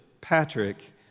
Patrick